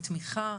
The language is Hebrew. בתמיכה?